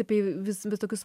apie vis vis tokius